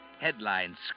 headlines